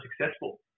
successful